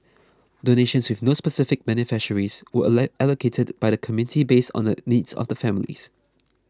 donations with no specific beneficiaries were allocated by the committee based on the needs of the families